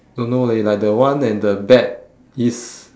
don't know leh like the one and the back is